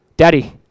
Daddy